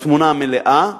התמונה המלאה,